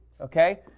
okay